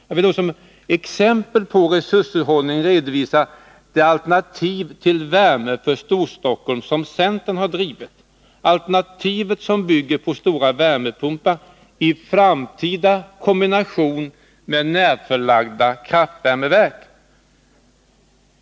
Som ett exempel på resurshushållning vill jag redovisa det alternativ till värme för Storstockholm som centern har drivit. Alternativet bygger på stora värmepumpar i en framtida kombination med närförlagda kraftvärmeverk.